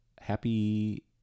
Happy